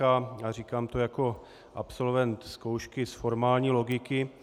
A říkám to jako absolvent zkoušky z formální logiky.